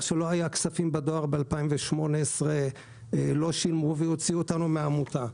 שלא היו כספים בדואר שנת 2018 לא שילמנו והוציאו אותנו מהעמותה.